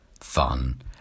fun